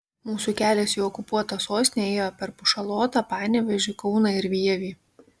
mūsų kelias į okupuotą sostinę ėjo per pušalotą panevėžį kauną ir vievį